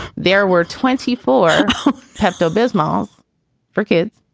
there were twenty four pepto bismol for kids